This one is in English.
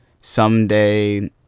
someday